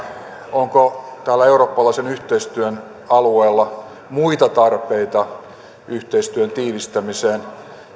onko tällä eurooppalaisen yhteistyön alueella muita tarpeita yhteistyön tiivistämiseen